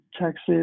texas